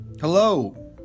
hello